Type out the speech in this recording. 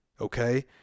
okay